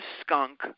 skunk